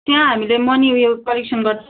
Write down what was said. त्यहाँ हामीले मनी उयो कलेक्सन गर्दै